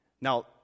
Now